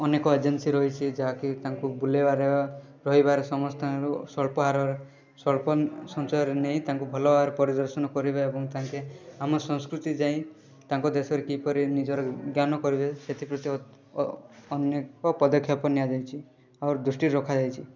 ଅନେକ ଏଜେନ୍ସି ରହିଛି ଯାହାକି ତାଙ୍କୁ ବୁଲେଇବାର ରହିବାର ସମସସ୍ତଙ୍କରୁ ସ୍ୱଳ୍ପ ହାର ସ୍ୱଳ୍ପ ସଞ୍ଚୟରେ ନେଇ ତାଙ୍କୁ ଭଲ ଭାବରେ ପରିଦର୍ଶନ କରିବା ଏବଂ ତାଙ୍କେ ଆମ ସଂସ୍କୃତି ଯାଇଁ ତାଙ୍କ ଦେଶରେ କିପରି ନିଜର ଜ୍ଞାନ କରିବେ ସେଥିପ୍ରତି ଅନେକ ପଦକ୍ଷେପ ନିଆଯାଇଛି ଅର ଦୃଷ୍ଟି ରଖାଯାଇଛି